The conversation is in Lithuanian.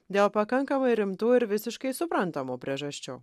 dėl pakankamai rimtų ir visiškai suprantamų priežasčių